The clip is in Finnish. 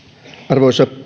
arvoisa